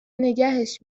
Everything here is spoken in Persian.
نگهش